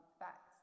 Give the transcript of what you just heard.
facts